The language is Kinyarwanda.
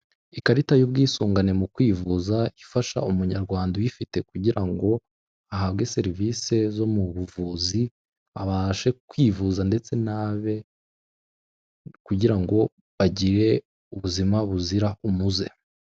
Ikarita y'ubwisungane mu kwivuza, ifasha umunyarwanda uyifite kugira ngo ahabwe serivise zo mu buvuzi, abashe kwivuza ndetse n'abe, kugira ngo agire ubuzima buzira umuze.